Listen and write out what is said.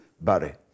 Barry